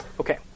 Okay